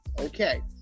Okay